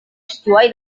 sesuai